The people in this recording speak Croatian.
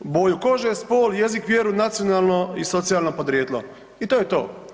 boju kože, spol, jezik, vjeru, nacionalno i socijalno podrijetlo i to je to.